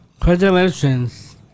Congratulations